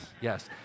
yes